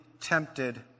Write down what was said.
tempted